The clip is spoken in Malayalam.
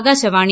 ആകാശവാണി